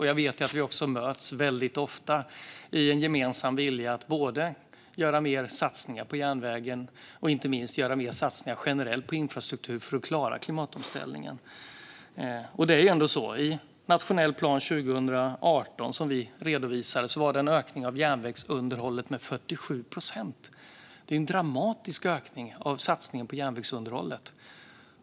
Jag vet också att vi ofta möts i en gemensam vilja att både göra mer satsningar på järnvägen och inte minst göra mer satsningar generellt på infrastruktur för att klara klimatomställningen. I nationell plan 2018 som vi redovisade var det en ökning på järnvägsunderhållet med 47 procent. Det är en dramatisk ökning av satsningen på järnvägsunderhållet.